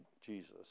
Jesus